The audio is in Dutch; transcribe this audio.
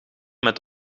met